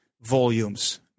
volumes